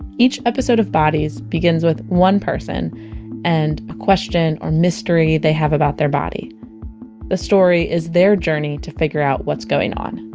each episode of bodies begins with one person and a question or mystery they have about their body the story is their journey to figure out what's going on